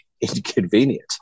inconvenient